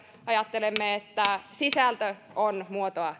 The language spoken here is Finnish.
ajattelemme että sisältö on muotoa